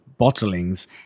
bottlings